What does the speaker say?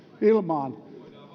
ilmaan